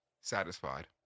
satisfied